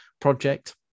project